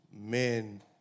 men